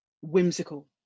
whimsical